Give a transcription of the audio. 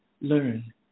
learn